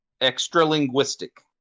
Extra-Linguistic